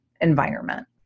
environment